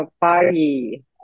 party